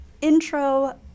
intro